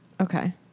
Okay